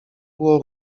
było